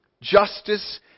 justice